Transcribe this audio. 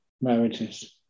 marriages